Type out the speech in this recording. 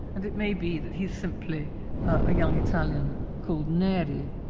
and it may be that he's simply a young italian called neri.